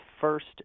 first